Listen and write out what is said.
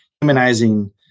humanizing